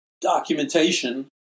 documentation